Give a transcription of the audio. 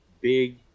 big